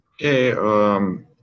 Okay